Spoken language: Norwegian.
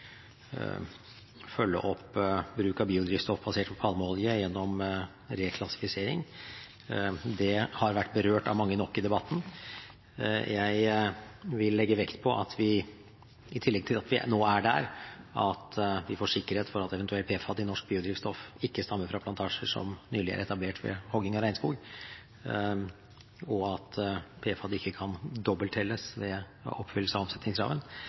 følge opp bruk av biodrivstoff basert på palmeolje gjennom reklassifisering. Det har vært berørt av mange nok i debatten. Jeg vil legge vekt på at vi – i tillegg til at vi nå er der at vi får sikkerhet for at eventuell PFAD i norsk biodrivstoff ikke stammer fra plantasjer som nylig er etablert ved hogging av regnskog, og at PFAD ikke kan dobbelttelles ved oppfyllelse av